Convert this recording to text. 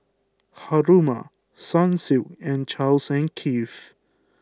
Haruma Sunsilk and Charles and Keith